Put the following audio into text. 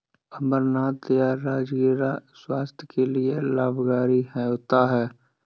अमरनाथ या राजगिरा स्वास्थ्य के लिए लाभकारी होता है